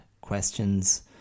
questions